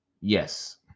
Yes